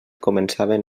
començaven